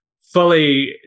fully